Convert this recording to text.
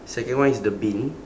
second one is the bin